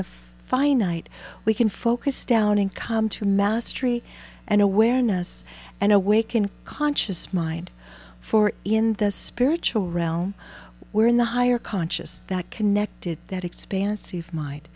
the finite we can focus down and come to mastery and awareness and awake and conscious mind for in the spiritual realm where in the higher conscious that connected that expansive mind